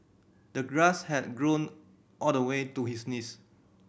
the grass had grown all the way to his knees